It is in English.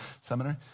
Seminary